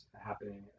happening